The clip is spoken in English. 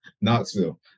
knoxville